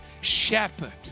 Shepherd